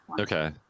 Okay